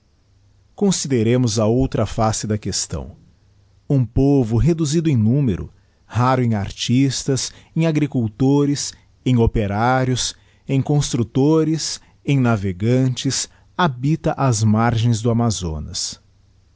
consideremos a outra face da questão um povo reduzido em numero raro em artistas em agricultores em operários em constructores em navegantes habita as margens do amazonas